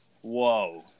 Whoa